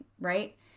right